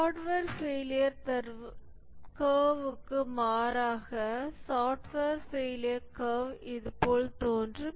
hardware failure கர்வ்க்கு மாறாக software failure curve இதுபோல் தோன்றும்